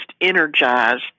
energized